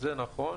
זה נכון.